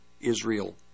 Israel